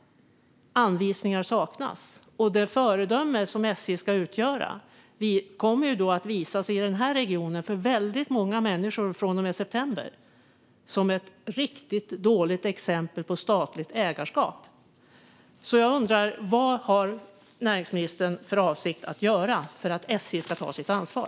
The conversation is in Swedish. Anvisningar saknas. SJ ska utgöra ett föredöme men kommer från och med september, för väldigt många människor i regionen, att visa sig vara ett riktigt dåligt exempel på statligt ägarskap. Jag undrar: Vad har näringsministern för avsikt att göra för att SJ ska ta sitt ansvar?